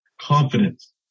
confidence